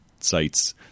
sites